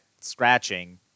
scratching